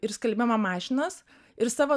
ir skalbimo mašinas ir savo